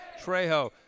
Trejo